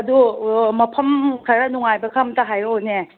ꯑꯗꯨ ꯃꯐꯝ ꯈꯔ ꯅꯨꯡꯉꯥꯏꯕ ꯈꯔ ꯑꯝꯇ ꯍꯥꯏꯔꯛꯑꯣꯅꯦ